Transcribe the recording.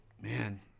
man